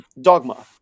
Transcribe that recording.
dogma